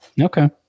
Okay